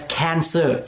cancer